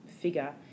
figure